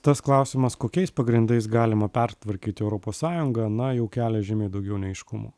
tas klausimas kokiais pagrindais galima pertvarkyti europos sąjungą na jau kelia žymiai daugiau neaiškumų